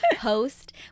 host